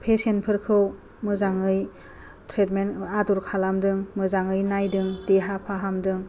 patient फोरखौ मोजाङै treatment आदर खालामदों मोजाङै नायदों देहा फाहामदों